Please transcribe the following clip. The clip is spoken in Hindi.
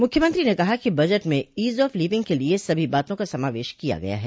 मुख्यमंत्री ने कहा कि बजट में इज ऑफ लिविंग के लिये सभी बातों का समावेश किया गया है